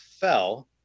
fell